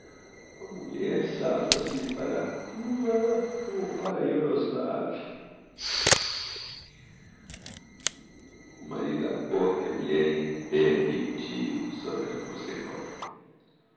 a mulher safa se para tula ou para yoroslav o marido á porta e a mulher em tver rico tio sopra lhe o mozgliakov